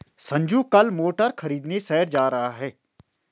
संजू कल मोटर खरीदने शहर जा रहा है